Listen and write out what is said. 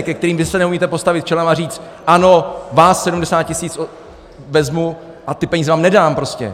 Ke kterým vy se neumíte postavit čelem a říct ano, vás 70 tisíc vezmu a ty peníze vám nedám prostě.